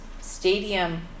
stadium